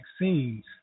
vaccines